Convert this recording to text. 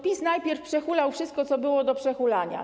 PiS najpierw przehulał wszystko, co był od przehulania.